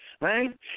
right